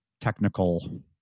technical